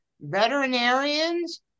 veterinarians